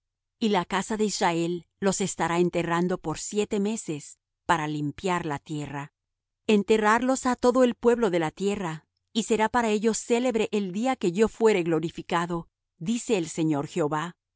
y la casa de israel los estará enterrando por siete meses para limpiar la tierra enterrarlos ha todo el pueblo de la tierra y será para ellos célebre el día que yo fuere glorificado dice el señor jehová